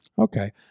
Okay